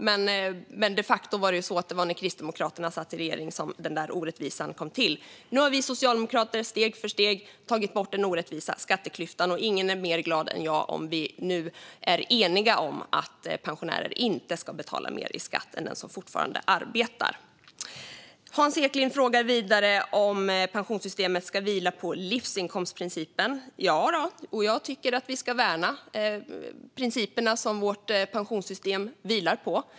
Men det var de facto när Kristdemokraterna satt i regeringen som den orättvisan kom till. Nu har vi socialdemokrater steg för steg tagit bort den orättvisa skatteklyftan. Och ingen är gladare än jag om vi nu är eniga om att pensionärer inte ska betala mer i skatt än den som fortfarande arbetar. Hans Eklind frågar vidare om pensionssystemet ska vila på livsinkomstprincipen. Jadå! Jag tycker också att vi ska värna principerna som vårt pensionssystem vilar på.